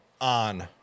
On